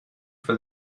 for